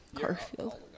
Garfield